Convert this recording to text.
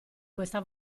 questa